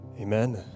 Amen